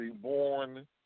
born